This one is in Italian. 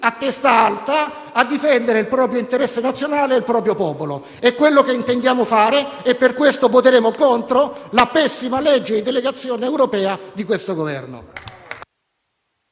a testa alta, a difendere il proprio interesse nazionale e il proprio popolo. È quello che intendiamo fare e per questo voteremo contro la pessima legge di delegazione europea di questo Governo.